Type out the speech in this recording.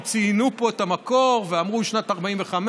כי ציינו פה את המקור ואמרו שנת 1945,